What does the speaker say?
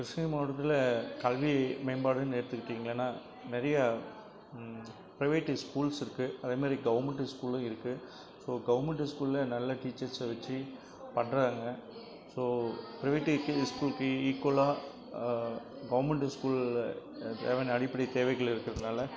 கிருஷ்ணகிரி மாவட்டத்தில் கல்வி மேம்பாடுன்னு எடுத்துக்கிட்டிங்கனா நிறையா ப்ரைவேட் ஸ்கூல்ஸ் இருக்கு அதே மாதிரி கவர்மெண்ட் ஸ்கூலும் இருக்கு ஸோ கவர்மெண்ட் ஸ்கூலில் நல்ல டீச்சர்ஸை வச்சு பண்ணுறாங்க ஸோ பிரைவேட்டுக்கு ஸ்கூலுக்கு ஈக்குவலாக கவர்மெண்ட் ஸ்கூலில் தேவையான அடிப்படை தேவைகள் இருக்கிறதுனால